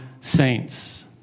saints